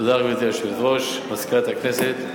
תודה, גברתי היושבת-ראש, מזכירת הכנסת.